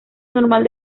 normal